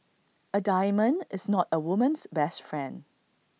A diamond is not A woman's best friend